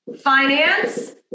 finance